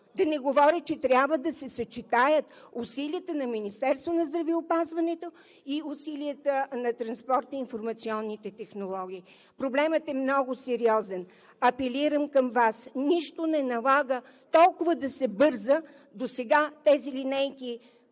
Да не говоря, че трябва да се съчетаят усилията на Министерството на здравеопазването и усилията на Транспорта и информационните технологии. Проблемът е много сериозен. Апелирам към Вас: нищо не налага толкова да се бърза. Досега тези линейки